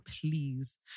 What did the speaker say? please